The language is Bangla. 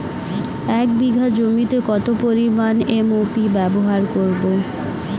এক বিঘা জমিতে কত পরিমান এম.ও.পি ব্যবহার করব?